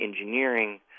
engineering